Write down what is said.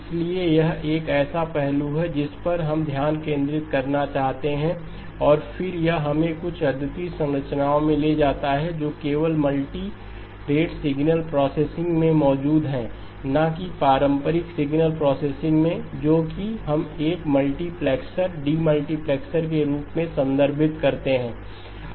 इसलिए यह एक ऐसा पहलू है जिस पर हम ध्यान केंद्रित करना चाहते हैं और फिर यह हमें कुछ अद्वितीय संरचनाओं में ले जाता है जो केवल मल्टीरेट सिग्नल प्रोसेसिंग में मौजूद हैं न कि पारंपरिक सिग्नल प्रोसेसिंग में जो कि हम एक मल्टीप्लेक्सर डीमल्टीप्लेक्सर के रूप में संदर्भित करते हैं